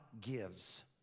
gives